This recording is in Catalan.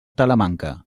talamanca